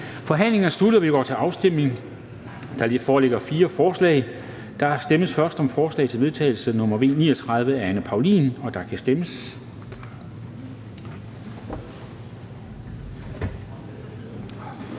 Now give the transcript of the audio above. Forhandlingen er sluttet, og vi går til afstemning. Der foreligger fire forslag til vedtagelse. Der stemmes først om forslag til vedtagelse nr. V 39 af Anne Paulin (S), og der kan stemmes.